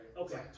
okay